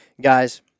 guys